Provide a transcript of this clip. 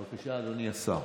בבקשה, אדוני השר.